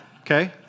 okay